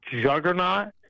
juggernaut